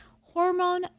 Hormone